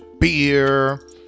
beer